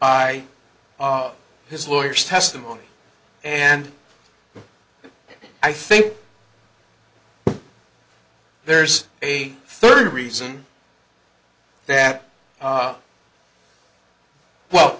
i his lawyers testimony and i think there's a third reason that well